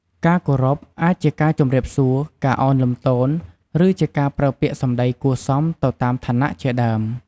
ការគោរព អាចជាការជម្រាបសួរ ការឱនលំទោន ឫជាការប្រើពាក្យសម្ដីគួរសមទៅតាមឋានៈជាដើម។